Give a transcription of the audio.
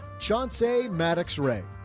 shaun sade, maddox ray,